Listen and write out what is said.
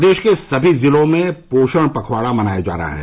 प्रदेश के सभी जिलों में पोषण पखवाड़ा मनाया जा रहा है